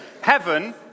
heaven